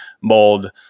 mold